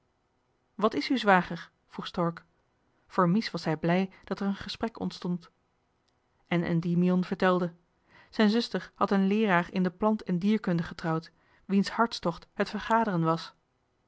wat is uw zwager vroeg stork voor mies was hij blij dat er een gesprek ontstond en endymion vertelde zijn zuster had een leeraar in de plant en dierkunde getrouwd wiens hartstocht het vergaderen was